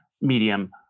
medium